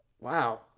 wow